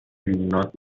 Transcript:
لیموناد